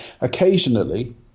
Occasionally